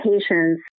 patients